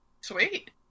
Sweet